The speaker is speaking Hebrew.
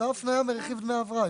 אותה הפנייה ברכיב דמי הבראה.